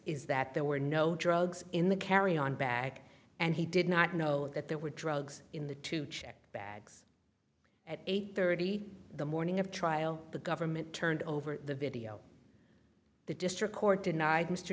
is that there were no drugs in the carry on bag and he did not know that there were drugs in the two checked bags at eight thirty the morning of trial the government turned over the video the district court denied mr